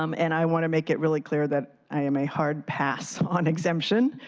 um and i want to make it really clear that i am a hard pass on exemption.